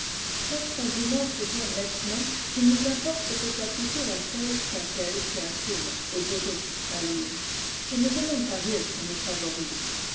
faites qu'on vous montre bien nettement qu'il nous importe que ce soit plutôt un tel qu'un tel qui imprime et débite un livre je ne demande pas mieux qu'on nous favorise